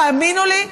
תאמינו לי,